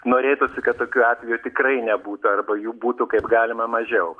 norėtųsi kad tokių atvejų tikrai nebūtų arba jų būtų kaip galima mažiau